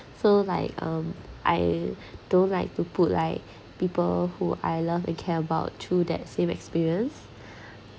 so like um I don't like to put like people who I love and care about through that same experience